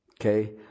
Okay